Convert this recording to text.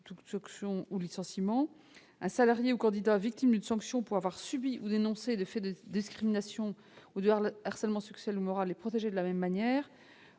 ou licenciement. Un salarié ou candidat à l'embauche victime d'une sanction pour avoir subi ou dénoncé des faits de discrimination, ou de harcèlement social ou moral, est protégé de la même manière.